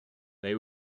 they